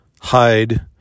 hide